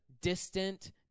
distant